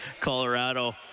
Colorado